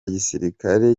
gisirikare